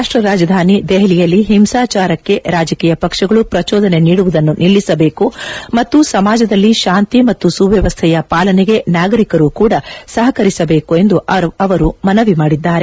ರಾಷ್ಯ ರಾಜಧಾನಿ ದೆಹಲಿಯಲ್ಲಿ ಹಿಂಸಾಚಾರಕ್ಕೆ ರಾಜಕೀಯ ಪಕ್ಷಗಳು ಪ್ರಚೋದನೆ ನೀಡುವುದನ್ನು ನಿಲ್ಲಿಸಬೇಕು ಮತ್ತು ಸಮಾಜದಲ್ಲಿ ಶಾಂತಿ ಮತ್ತು ಸುವ್ನವಸ್ಥೆಯ ಪಾಲನೆಗೆ ನಾಗರಿಕರೂ ಕೂಡ ಸಹಕರಿಸಬೇಕು ಎಂದು ಅವರು ಮನವಿ ಮಾಡಿದ್ದಾರೆ